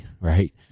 Right